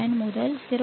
7 முதல் 0